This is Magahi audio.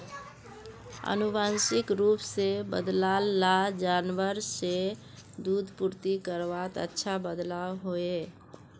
आनुवांशिक रूप से बद्लाल ला जानवर से दूध पूर्ति करवात अच्छा बदलाव होइए